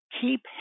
keep